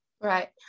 right